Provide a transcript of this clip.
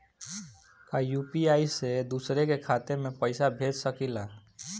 का यू.पी.आई से दूसरे के खाते में पैसा भेज सकी ले?